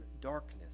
darkness